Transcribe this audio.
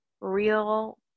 real